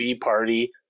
party